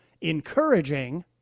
encouraging